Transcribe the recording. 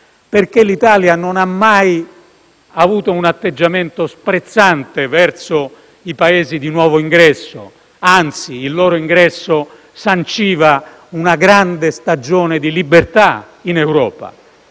L'Italia non ha mai avuto un atteggiamento sprezzante verso i Paesi di nuovo ingresso. Anzi: il loro ingresso sanciva una grande stagione di libertà in Europa.